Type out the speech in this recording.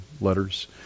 letters